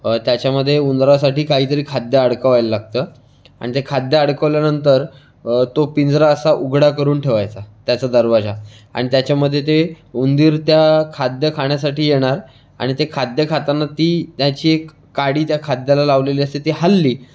त्याच्यामध्ये उंदरासाठी काहीतरी खाद्य अडकवायला लागतं आणि ते खाद्य अडकवल्यानंतर तो पिंजरा असा उघडा करून ठेवायचा त्याचा दरवाजा आणि त्याच्यामध्ये ते उंदीर त्या खाद्य खाण्यासाठी येणार आणि ते खाद्य खाताना ती त्याची एक काडी त्या खाद्याला लावलेली असते ती हलली